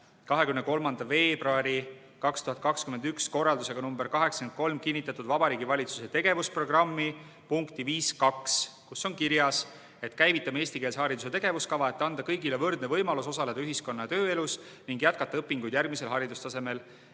23. veebruari 2021 korraldusega number 83 kinnitatud Vabariigi Valitsuse tegevusprogrammi punkti 5.2, kus on kirjas, et käivitame eestikeelse hariduse tegevuskava, et anda kõigile võrdne võimalus osaleda ühiskonna- ja tööelus ning jätkata õpinguid järgmisel haridustasemel